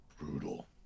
Brutal